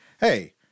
Hey